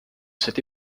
cette